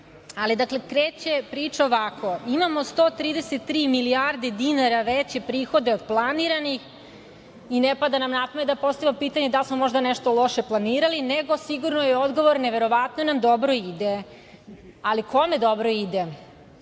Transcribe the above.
razvoja. Dakle, kreće priča ovako. Imamo 133 milijarde dinara veće prihode od planiranih i ne pada nam napamet da postavimo pitanje da li smo možda nešto loše planirali, nego sigurno je odgovor – neverovatno nam dobro ide. Kome dobro ide?